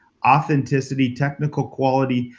authenticity, technical quality,